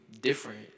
different